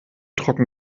trocken